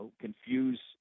confuse